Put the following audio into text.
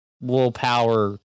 willpower